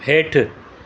हेठि